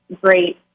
great